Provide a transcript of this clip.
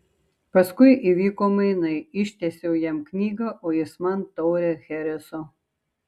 paskui įvyko mainai ištiesiau jam knygą o jis man taurę chereso